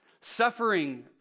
suffering